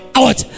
out